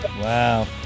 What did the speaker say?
Wow